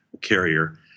carrier